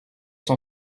sont